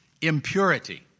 impurity